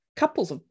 Couples